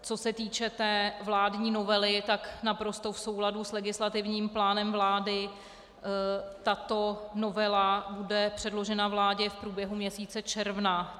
Co se týče vládní novely, tak naprosto v souladu s legislativním plánem vlády tato novela bude předložena vládě v průběhu měsíce června.